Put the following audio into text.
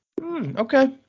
Okay